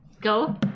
Go